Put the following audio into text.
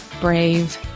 brave